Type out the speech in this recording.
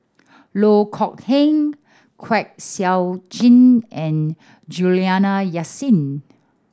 Loh Kok Heng Kwek Siew Jin and Juliana Yasin